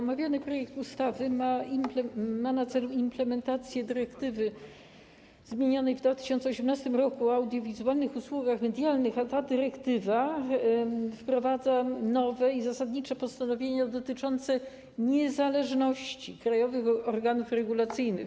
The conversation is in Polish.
Omawiany projekt ustawy ma na celu implementację dyrektywy zmienianej w 2018 r. o audiowizualnych usługach medialnych, a ta dyrektywa wprowadza nowe i zasadnicze postanowienia dotyczące niezależności krajowych organów regulacyjnych.